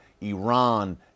Iran